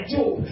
Job